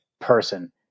person